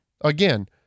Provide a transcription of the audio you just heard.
again